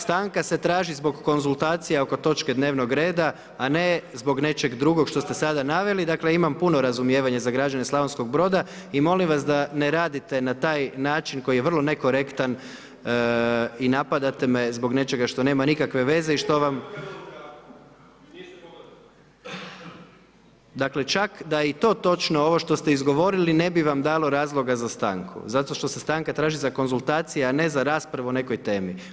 Stanka se traži zbog konzultacija oko točke dnevnog reda, a ne zbog nečeg drugog što ste sada naveli, dakle imam puno razumijevanje za građane SB-a i molim vas da ne radite na taj način koji je vrlo nekorektan i napadate me zbog nečega što nema nikakve veze i što vam … [[Upadica se ne čuje.]] Dakle čak da je i to točno ovo što ste izgovorili, ne bi vam dalo razloga za stanku zato što se stanka traži za konzultacije, a ne za raspravu o nekoj temi.